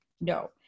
no